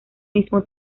mismo